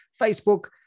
Facebook